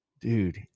dude